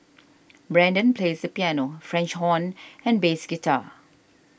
Brendan plays the piano French horn and bass guitar